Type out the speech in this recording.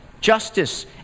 justice